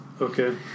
Okay